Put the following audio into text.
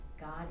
God